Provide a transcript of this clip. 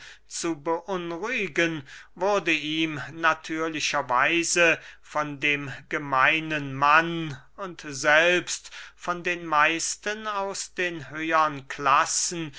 zu beunruhigen wurde ihm natürlicher weise von dem gemeinen mann und selbst von den meisten aus den höhern klassen